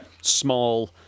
small